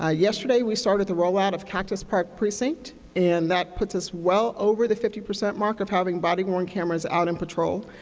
ah yesterday, we started the rollout of cactus park precinct, and that puts us well over the fifty percent mark of having body-worn cameras out in patrol.